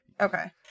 Okay